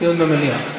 דיון במליאה.